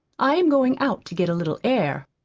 i am going out to get a little air.